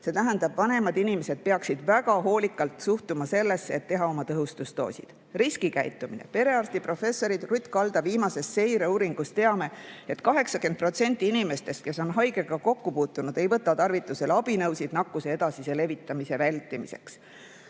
See tähendab, et vanemad inimesed peaksid väga hoolikalt suhtuma sellesse, et teha oma tõhustusdoosid. Riskikäitumine. Perearsti professor Ruth Kalda viimasest seireuuringust teame, et 80% inimestest, kes on haigega kokku puutunud, ei võta tarvitusele abinõusid nakkuse edasise levitamise vältimiseks.